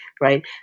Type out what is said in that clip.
right